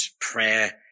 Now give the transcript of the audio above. prayer